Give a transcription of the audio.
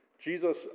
Jesus